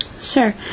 Sure